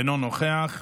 אינו נוכח,